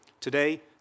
Today